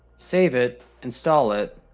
save it, install it,